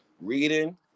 reading